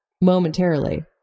momentarily